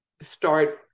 start